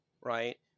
Right